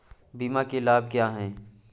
बीमा के लाभ क्या हैं?